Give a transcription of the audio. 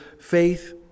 faith